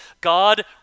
God